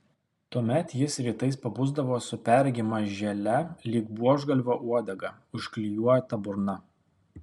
tuomet jis rytais pabusdavo su perregima želė lyg buožgalvio uodega užklijuota burna